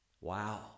Wow